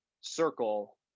circle